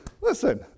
listen